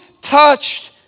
touched